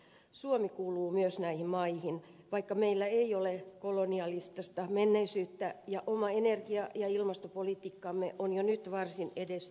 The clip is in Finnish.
myös suomi kuuluu näihin maihin vaikka meillä ei ole kolonialistista menneisyyttä ja oma energia ja ilmastopolitiikkamme on jo nyt varsin edistyksellistä